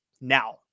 now